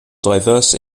diverse